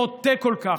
בוטה כל כך,